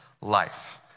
life